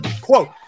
Quote